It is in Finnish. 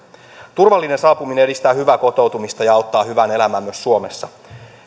turvallinen saapuminen edistää hyvää kotoutumista ja auttaa hyvään elämään myös suomessa